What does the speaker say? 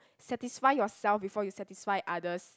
satisfy yourself before you satisfy others